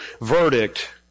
verdict